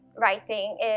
writing